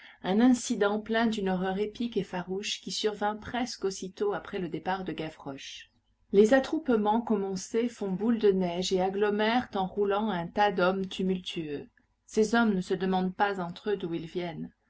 un incident plein d'une horreur épique et farouche qui survint presque aussitôt après le départ de gavroche les attroupements comme on sait font boule de neige et agglomèrent en roulant un tas d'hommes tumultueux ces hommes ne se demandent pas entre eux d'où ils viennent